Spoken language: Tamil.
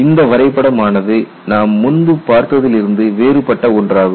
இந்த வரைபடம் ஆனது நாம் முன்பு பார்த்ததில் இருந்து வேறுபட்ட ஒன்றாகும்